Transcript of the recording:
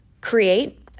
Create